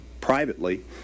privately